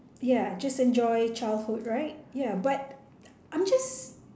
ya just enjoy childhood right ya but I'm just